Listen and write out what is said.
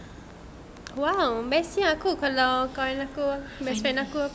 !wah! let's say kalau aku kawan aku best friend aku apa ini